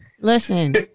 Listen